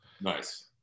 Nice